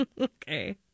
Okay